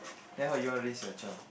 then how you want to reach your chore